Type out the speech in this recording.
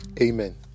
amen